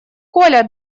коля